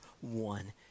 one